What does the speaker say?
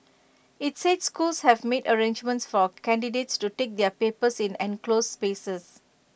IT said schools have made arrangements for candidates to take their papers in enclosed spaces